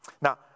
Now